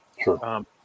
Sure